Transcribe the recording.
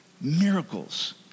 Miracles